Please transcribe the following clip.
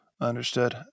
Understood